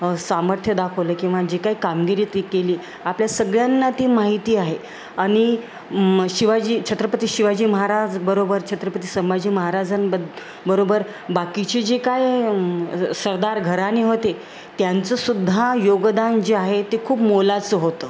सामर्थ्य दाखवलं किंवा जे काही कामगिरी ती केली आपल्या सगळ्यांना ती माहिती आहे आणि शिवाजी छत्रपती शिवाजी महाराज बरोबर छत्रपती संभाजी महाराजांबरोबर बाकीचे जे काय सरदार घराणे होते त्यांचंसुद्धा योगदान जे आहे ते खूप मोलाचं होतं